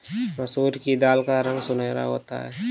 मसूर की दाल का रंग सुनहरा होता है